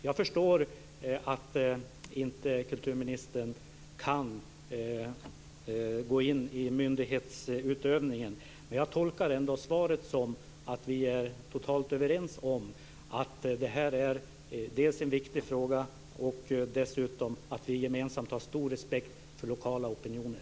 Jag förstår att kulturministern inte kan gå in i myndighetsutövningen, men jag tolkar ändå svaret som att vi är totalt överens om att det här är en viktig fråga och att vi dessutom gemensamt har stor respekt för lokala opinioner.